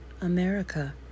America